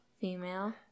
female